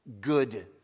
good